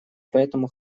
поэтому